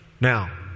Now